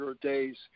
days